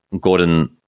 Gordon